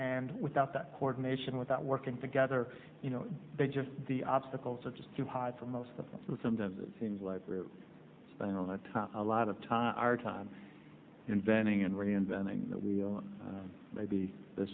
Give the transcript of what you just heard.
and without that coordination without working together they just the obstacles are just too hard for most of the sometimes it seems like we're spending all the time a lot of time on our time inventing and reinventing the wheel and maybe th